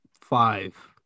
five